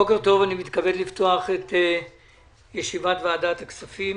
בוקר טוב, אני מתכבד לפתוח את ישיבת ועדת הכספים.